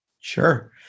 Sure